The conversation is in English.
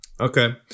Okay